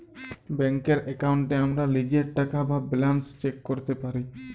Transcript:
ব্যাংকের এক্কাউন্টে আমরা লীজের টাকা বা ব্যালান্স চ্যাক ক্যরতে পারি